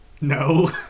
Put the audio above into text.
No